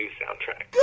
soundtrack